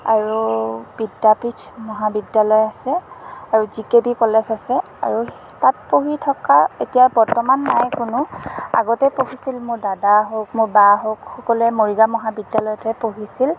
আৰু বিদ্যাপীঠ মহাবিদ্যালয় আছে আৰু জি কে বি কলেজ আছে আৰু তাত পঢ়ি থকা এতিয়া বৰ্তমান নাই কোনো আগতে পঢ়িছিল মোৰ দাদা হওঁক মোৰ বা হওঁক সকলোৱে মৰিগাঁও মহাবিদ্যালয়তে পঢ়িছিল